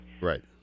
Right